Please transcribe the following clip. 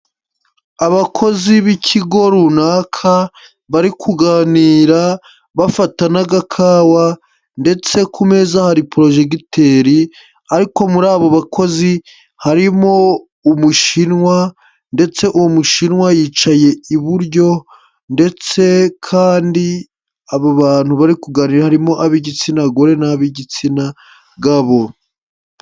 Abakozi b'ikigo runaka, bari kuganira, bafata n'agakawa ndetse ku meza hari porojegiteri ariko muri abo bakozi harimo umushinwa ndetse uwo mushinwa yicaye iburyo ndetse kandi abo bantu bari kuganira harimo ab'igitsina gore n'ab'igitsina gabo.